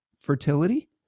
fertility